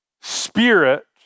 spirit